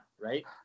right